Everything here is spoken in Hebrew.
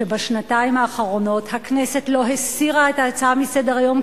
שבשנתיים האחרונות הכנסת לא הסירה את ההצעה מסדר-היום,